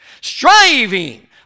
Striving